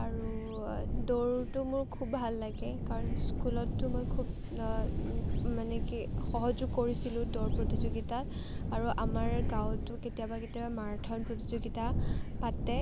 আৰু দৌৰোতেও মোৰ খুব ভাল লাগে কাৰণ স্কুলতটো মই খুব মানে কি সহযোগ কৰিছিলোঁ দৌৰ প্ৰতিযোগিতাত আৰু আমাৰ গাঁৱতো কেতিয়াবা কেতিয়াবা মাৰাথন প্ৰতিযোগীতা পাতে